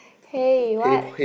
hey what